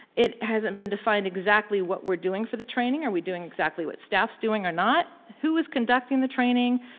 it hasn't been defined exactly what we're doing for the training. are we doing exactly what staff's doing or not? who is conducting the training?